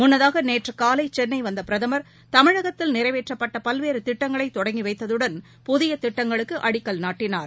முன்னதாகநேற்றுகாலைசென்னைவந்தபிரதமர் தமிழகத்தில் நிறைவேற்றப்பட்டபல்வேறுதிட்டங்களைதொடங்கிவைத்ததுடன் புதியதிட்டங்களுக்குஅடிக்கல் நாட்டினார்